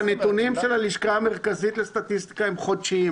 הנתונים של הלשכה המרכזית לסטטיסטיקה הם חודשיים.